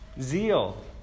zeal